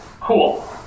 cool